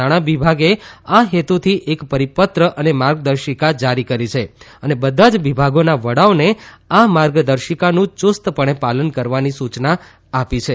નાણા વિભાગે આ હેતુથી એક પરિપત્ર અને માર્ગદર્શિકા જારી કરી છે અને બધા જ વિભાગોના વડાઓને આ માર્ગદર્શિકાનું યૂસ્ત પણે પાલન કરવાની સૂયના આપી છે